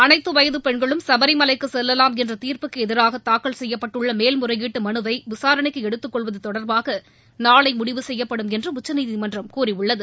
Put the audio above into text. அளைத்து வயது பெண்களும் சபரிமலைக்கு செல்லலாம் என்ற தீர்ப்புக்கு எதிராக தாக்கல் செய்யப்பட்டுள்ள மேல்முறையீட்டு மனுவை விசாரணைக்கு எடுத்துக் கொள்வது தொடர்பாக நாளை முடிவு செய்யப்படும் என்று உச்சநீதிமன்றம் கூறியுள்ளது